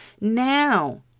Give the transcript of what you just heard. now